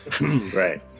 Right